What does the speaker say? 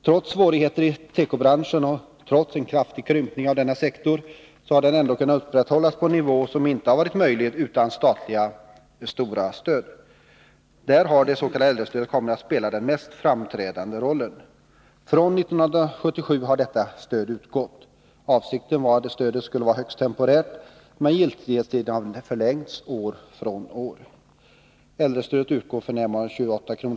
Trots svårigheter i tekobranschen och trots en kraftig krympning av denna sektor, har den ändå kunnat upprätthållas på en nivå som inte hade varit möjlig utan stora statliga stöd. Där har det s.k. äldrestödet kommit att spela den mest framträdande rollen. Från 1977 har detta stöd utgått. Avsikten var att stödet skulle vara högst temporärt, men giltighetstiden har förlängts år från år. Äldrestödet utgår f. n. med 28 kr.